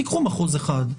תיקחו מחוז אחד,